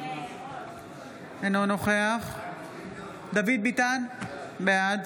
אינו נוכח דוד ביטן, בעד